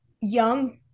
young